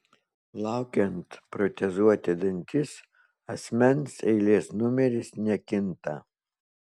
laukiant protezuoti dantis asmens eilės numeris nekinta